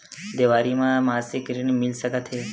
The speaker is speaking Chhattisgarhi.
देवारी म मासिक ऋण मिल सकत हे?